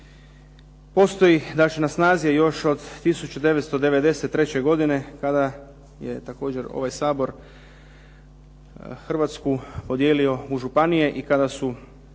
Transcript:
postoji znači na snazi je još od 1993. godine kada je također ovaj Sabor Hrvatsku podijelio u županije i kada su